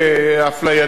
אפלייתית,